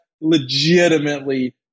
legitimately